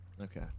okay